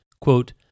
Quote